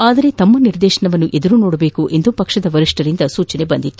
ಆದರೆ ತಮ್ಮ ನಿರ್ದೇಶನವನ್ನು ಎದುರು ನೋಡಬೇಕೆಂದು ಪಕ್ಷದ ವರಿಷ್ಠರಿಂದ ಸೂಚನೆ ಬಂದಿತ್ತು